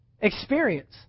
experience